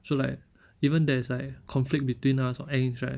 so like even there is like conflict between us or angst right